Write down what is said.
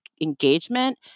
engagement